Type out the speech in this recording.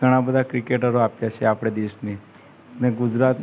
ઘણા બધા ક્રિકેટરો આપ્યા છે આપણે દેશને અને ગુજરાત